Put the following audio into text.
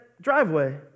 driveway